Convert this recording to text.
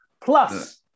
Plus